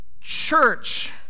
church